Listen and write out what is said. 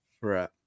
Right